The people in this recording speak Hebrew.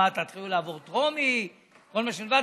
מה תתחילו לעבור טרומית וכל מה שנלווה?